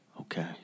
Okay